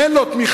אין לו תמיכה.